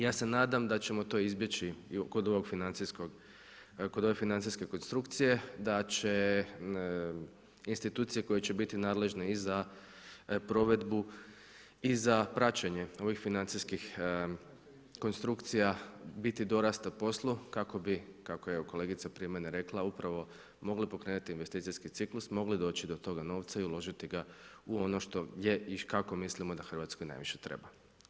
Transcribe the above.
Ja se nadam da ćemo to izbjeći kod ovog financijskog konstrukcije, da će institucije koje će biti nadležne i za provedbu i za praćenje ovih financijskih konstrukcija biti dorasle poslu kako bi, kako je kolegica prije mene rekla, upravo mogli pokrenuti investicijski ciklus, mogli doći do toga novca i uložiti ga u ono što gdje i kako mislimo da Hrvatskoj najviše treba.